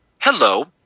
Hello